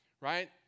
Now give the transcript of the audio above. right